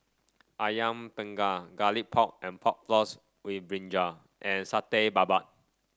ayam panggang Garlic Pork and Pork Floss with brinjal and Satay Babat